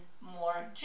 more